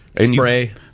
spray